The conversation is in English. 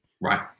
right